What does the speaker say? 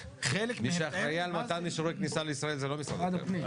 מי שאחראי על מתן אישורי כניסה לישראל זה לא משרד התיירות.